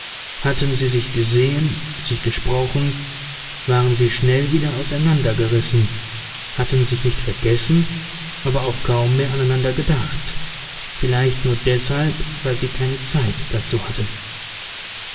hatten sie sich gesehen sich gesprochen waren sie schnell wieder auseinander gerissen hatten sich nicht vergessen aber auch kaum mehr aneinander gedacht vielleicht nur deshalb weil sie keine zeit dazu hatten